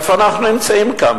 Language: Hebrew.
איפה אנחנו נמצאים כאן?